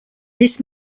this